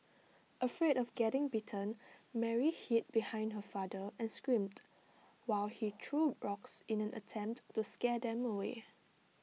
afraid of getting bitten Mary hid behind her father and screamed while he threw rocks in an attempt to scare them away